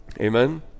Amen